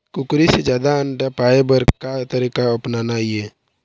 कुकरी से जादा अंडा पाय बर का तरीका अपनाना ये?